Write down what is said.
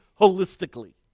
holistically